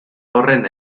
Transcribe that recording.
horren